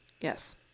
Yes